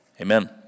Amen